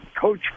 coach